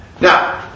Now